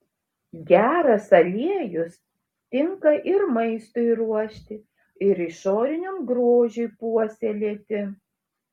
geras aliejus tinka ir maistui ruošti ir išoriniam grožiui puoselėti